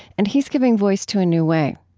and he's giving voice to a new way.